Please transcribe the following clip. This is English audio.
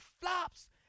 flops